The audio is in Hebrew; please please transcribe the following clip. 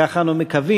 כך אנו מקווים,